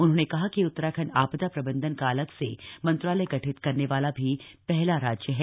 उन्होंने कहा कि उत्तराखण्ड आपदा प्रबन्धन का अलग से मंत्रालय गठित करने वाला भी पहला राज्य है